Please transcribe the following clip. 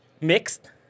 Mixed